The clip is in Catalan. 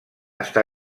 està